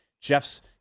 Jeff's